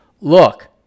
Look